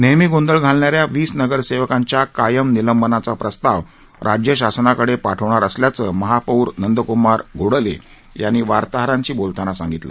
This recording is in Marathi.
नेहमी गोंधळ घालणाऱ्या वीस नगरसेवकांच्या कायम निलंबनाचा प्रस्ताव राज्य शासनाकडे पाठवणार असल्याचं महापौर नंदकुमार घोडेले यांनी वार्ताहरांशी बोलतांना सांगितलं